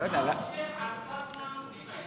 מה הוא חושב על פאטמה מטייבה?